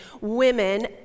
women